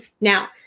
Now